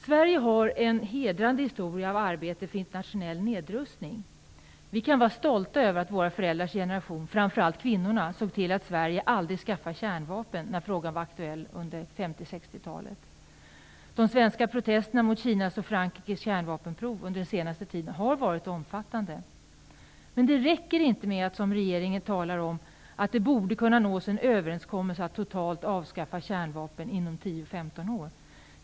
Sverige har en hedrande historia av arbete för internationell nedrustning. Vi kan vara stolta över att våra föräldrars generation, framför allt kvinnorna, såg till att Sverige aldrig skaffade kärnvapen när frågan var aktuell under 1950 och 1960-talet. De svenska protesterna mot Kinas och Frankrikes kärnvapenprov under den senaste tiden har varit omfattande. Men det räcker inte med att tala om, som regeringen gör, att det borde kunna nås en överenskommelse om att totalt avskaffa kärnvapen inom 10 15 år.